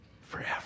forever